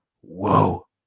whoa